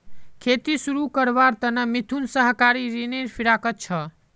खेती शुरू करवार त न मिथुन सहकारी ऋनेर फिराकत छ